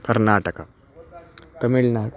Karnataka Tamil Nadu